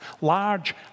large